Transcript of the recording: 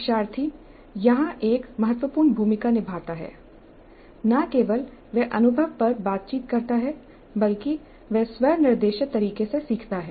शिक्षार्थी यहां एक महत्वपूर्ण भूमिका निभाता है न केवल वह अनुभव पर बातचीत करता है बल्कि वह स्व निर्देशित तरीके से सीखता है